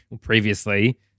previously